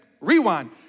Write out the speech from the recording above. Rewind